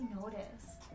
noticed